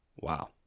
wow